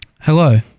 Hello